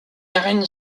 arène